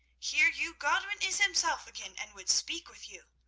hear you, godwin is himself again, and would speak with you!